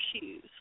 shoes